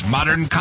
Modern